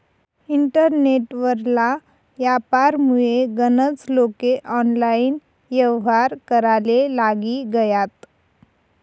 internet वरला यापारमुये गनज लोके ऑनलाईन येव्हार कराले लागी गयात